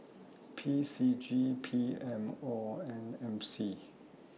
P C G P M O and M C